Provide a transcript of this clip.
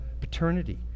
paternity